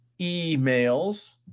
emails